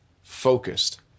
focused